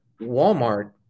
Walmart